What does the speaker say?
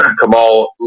Kamal